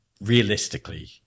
realistically